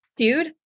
Dude